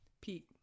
pete